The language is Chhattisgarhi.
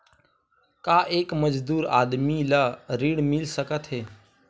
का एक मजदूर आदमी ल ऋण मिल सकथे?